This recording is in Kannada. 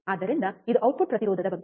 ಆದ್ದರಿಂದ ಇದು ಔಟ್ಪುಟ್ ಪ್ರತಿರೋಧದ ಬಗ್ಗೆ